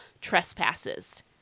trespasses